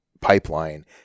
pipeline